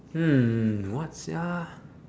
hmm what sia